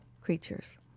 creatures